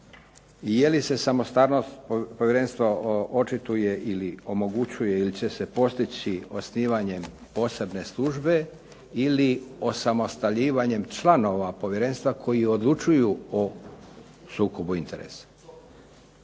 I je li se samostalnost povjerenstva očituje ili omogućuje ili će se postići osnivanjem posebne službe ili osamostaljivanjem članova povjerenstva koji odlučuju o sukobu interesa?